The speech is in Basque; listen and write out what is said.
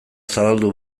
zabaldu